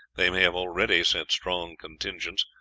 they may have already sent strong contingents,